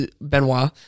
Benoit